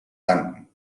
danken